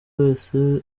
wese